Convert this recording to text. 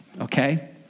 okay